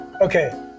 Okay